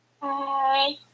Hi